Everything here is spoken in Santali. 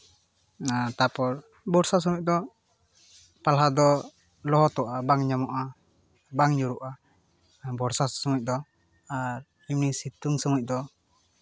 ᱟᱨ ᱛᱟᱨᱯᱚᱨ ᱵᱚᱨᱥᱟ ᱥᱚᱢᱚᱭ ᱫᱚ ᱯᱟᱞᱦᱟ ᱫᱚ ᱞᱚᱦᱚᱫᱚᱜᱼᱟ ᱵᱟᱝ ᱧᱟᱢᱚᱜᱼᱟ ᱵᱟᱝ ᱧᱩᱨᱩᱜᱼᱟ ᱵᱚᱨᱥᱟ ᱥᱚᱢᱚᱭ ᱫᱚ ᱟᱨ ᱮᱢᱱᱤ ᱥᱤᱛᱩᱝ ᱥᱚᱢᱚᱭ ᱫᱚ